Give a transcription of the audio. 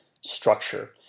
structure